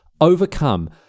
overcome